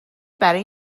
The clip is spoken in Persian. برای